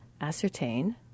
ascertain